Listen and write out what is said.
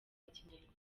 kinyarwanda